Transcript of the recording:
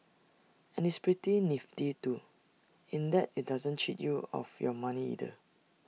and it's pretty nifty too in that IT doesn't cheat you of your money either